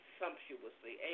sumptuously